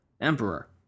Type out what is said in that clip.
emperor